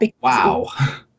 Wow